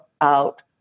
out